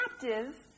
captive